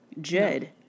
Jed